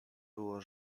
było